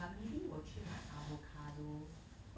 but maybe 我去买 avocado